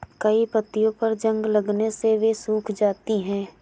कई पत्तियों पर जंग लगने से वे सूख जाती हैं